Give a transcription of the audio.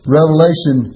Revelation